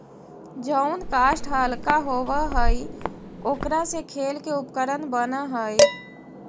जउन काष्ठ हल्का होव हई, ओकरा से खेल के उपकरण बनऽ हई